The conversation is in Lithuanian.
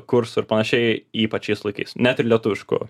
kursų ir panašiai ypač šiais laikais net ir lietuviškų